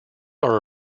are